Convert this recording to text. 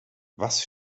was